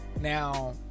Now